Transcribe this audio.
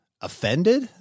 offended